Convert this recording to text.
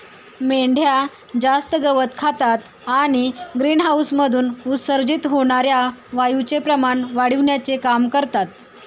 मेंढ्या जास्त गवत खातात आणि ग्रीनहाऊसमधून उत्सर्जित होणार्या वायूचे प्रमाण वाढविण्याचे काम करतात